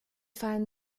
fallen